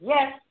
Yes